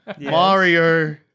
Mario